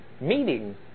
meeting